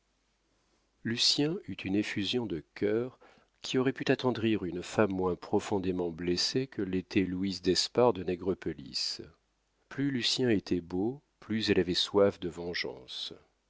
navarreins lucien eut une effusion de cœur qui aurait pu attendrir une femme moins profondément blessée que l'était louise d'espard de nègrepelisse plus lucien était beau plus elle avait soif de vengeance